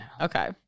Okay